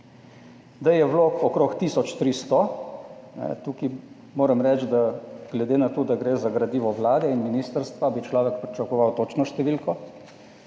da je vlog okrog tisoč 300, tukaj moram reči, da glede na to, da gre za gradivo vlade in ministrstva, bi človek pričakoval točno številko.